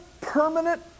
permanent